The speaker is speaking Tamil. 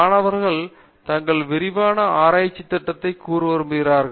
மாணவர்கள் தங்கள் விரிவான ஆராய்ச்சி திட்டத்தை கூற விரும்புகிறார்கள்